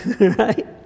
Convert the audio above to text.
Right